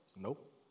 nope